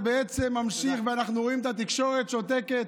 זה בעצם נמשך, ואנחנו רואים את התקשורת שותקת,